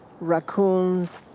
raccoons